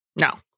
No